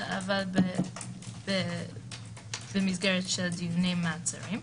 אבל במסגרת דיונים מעצרים.